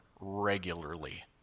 regularly